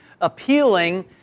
appealing